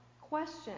question